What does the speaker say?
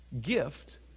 gift